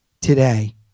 today